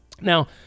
Now